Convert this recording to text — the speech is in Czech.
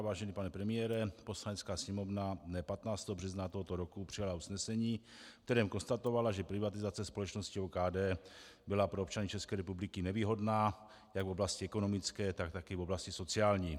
Vážený pane premiére, Poslanecká sněmovna dne 15. března tohoto roku přijala usnesení, ve kterém konstatovala, že privatizace společnosti OKD byla pro občany České republiky nevýhodná jak v oblasti ekonomické, tak také v oblasti sociální.